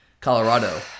Colorado